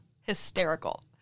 hysterical